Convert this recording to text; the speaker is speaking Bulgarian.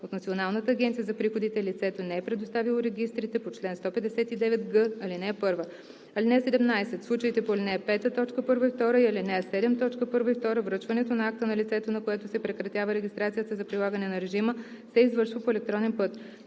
от Националната агенция за приходите лицето не е предоставило регистрите по чл. 159г, ал. 1.“ (17) В случаите по ал. 5, т. 1 и 2 и ал. 7, т. 1 и 2 връчването на акта на лицето, на което се прекратява регистрацията за прилагане на режима, се извършва по електронен път.